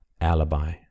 alibi